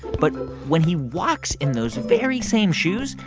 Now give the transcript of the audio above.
but when he walks in those very same shoes,